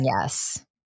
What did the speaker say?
Yes